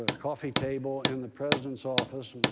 coffee table in the president's office,